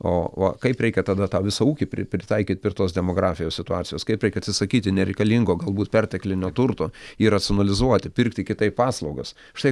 o va kaip reikia tada tą visą ūkį pri pritaikyt prie tos demografijos situacijos kaip reik atsisakyti nereikalingo galbūt perteklinio turto jį racionalizuoti pirkti kitaip paslaugas štai